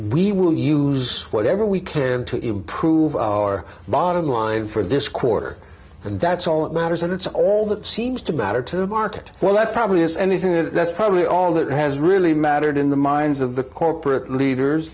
we will use whatever we can to improve our bottom line for this quarter and that's all that matters and it's all that seems to matter to the market well that probably is anything that's probably all that has really mattered in the minds of the corporate leaders